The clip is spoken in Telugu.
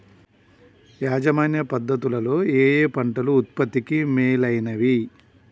యాజమాన్య పద్ధతు లలో ఏయే పంటలు ఉత్పత్తికి మేలైనవి?